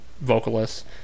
vocalists